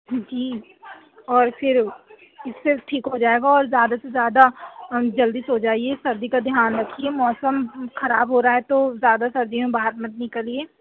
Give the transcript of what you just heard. جی اور پھر اس سے بھی ٹھیک ہو جائے گا اور زیادہ سے زیادہ جلدی سو جائیے سردی کا دھیان رکھیے موسم خراب ہو رہا ہے تو زیادہ سردی میں باہر مت نکلیے